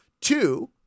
two